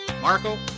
Marco